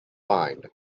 lined